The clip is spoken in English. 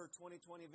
2020